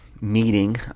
meeting